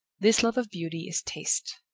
this love of beauty is taste.